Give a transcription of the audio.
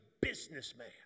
businessman